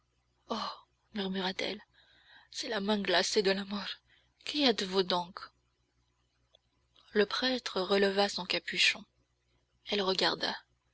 oh murmura-t-elle c'est la main glacée de la mort qui êtes-vous donc le prêtre releva son capuchon elle regarda